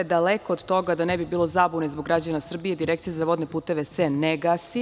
Daleko od toga da ne bi bilo zabune zbog građana Srbije, Direkcija za vodne puteve se ne gasi.